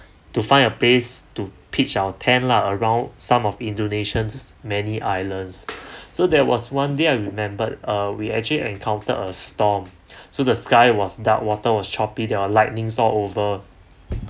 to find a base to pitch our tent lah around some of indonesian's many islands so there was one day I remembered uh we actually encountered a storm so the sky was dark water was choppy there are lightnings all over